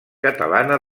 catalana